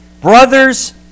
brothers